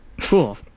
cool